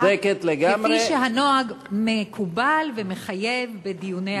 כפי שהנוהג מקובל ומחייב בדיוני הכנסת.